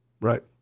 Right